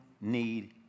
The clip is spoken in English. need